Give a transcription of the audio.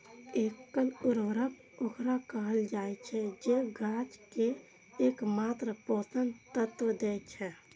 एकल उर्वरक ओकरा कहल जाइ छै, जे गाछ कें एकमात्र पोषक तत्व दै छै